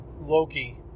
Loki